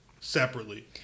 separately